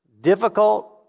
difficult